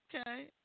Okay